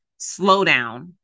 slowdown